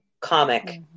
comic